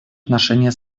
отношения